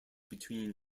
between